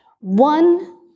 One